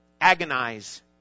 agonize